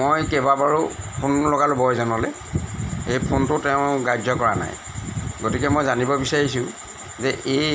মই কেইবাবাৰো ফোন লগালোঁ বয়জনলৈ সেই ফোনটো তেওঁ গ্ৰাহ্য কৰা নাই গতিকে মই জানিব বিচাৰিছোঁ যে এই